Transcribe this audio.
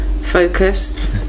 focus